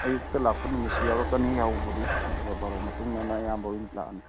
ꯑꯌꯨꯛꯇ ꯂꯥꯛꯄ ꯅꯨꯃꯤꯠꯁꯨ ꯌꯥꯎꯔꯛꯀꯅꯤ ꯌꯥꯎꯕꯕꯨꯗꯤ ꯑꯗꯨꯒ ꯕꯥꯔꯣ ꯃꯇꯨꯡꯗꯅ ꯑꯌꯥꯝꯕ ꯑꯣꯏꯅ ꯂꯥꯛꯑꯅꯤ